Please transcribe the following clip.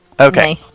Okay